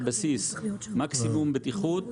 על בסיס מקסימום בטיחות,